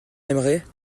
aimerait